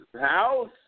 House